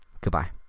Goodbye